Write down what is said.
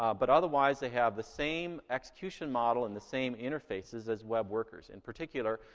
but otherwise, they have the same execution model and the same interfaces as web workers. in particular,